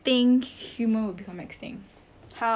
!wow! kita tengok banyak cerita zombie [tau]